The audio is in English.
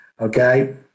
Okay